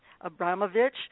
Abramovich